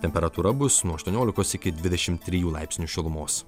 temperatūra bus nuo aštuoniolikos iki dvidešimt trijų laipsnių šilumos